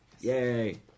Yay